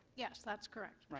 yeah that's correct.